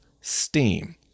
STEAM